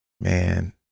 Man